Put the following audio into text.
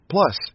Plus